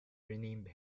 renamed